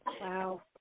wow